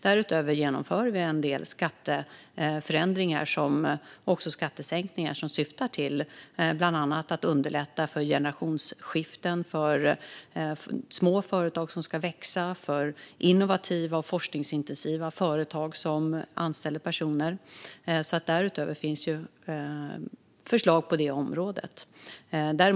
Därutöver genomför vi en del skatteförändringar och skattesänkningar som bland annat syftar till att underlätta för generationsskiften för små företag som ska växa samt för innovativa och forskningsintensiva företag som anställer personer. Därutöver finns alltså förslag på detta område.